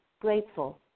grateful